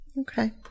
Okay